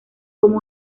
como